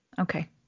Okay